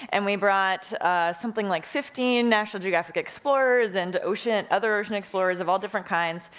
and we brought something like fifteen national geographic explorers, and ocean, other ocean explorers of all different kinds,